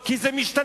כי זה משתנה.